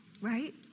Right